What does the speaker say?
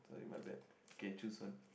sorry my bad okay choose one